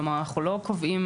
כלומר אנחנו לא קובעים